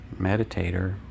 meditator